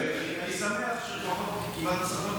ואני שמח שלפחות קיבלת סמכויות,